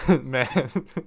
man